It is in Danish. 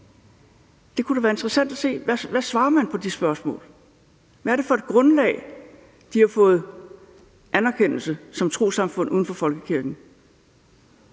Det kunne da være interessant at se, hvad man svarer på det spørgsmål. Hvad er det for et grundlag de har fået anerkendelse som trossamfund uden for folkekirken